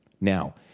Now